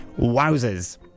Wowzers